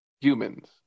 humans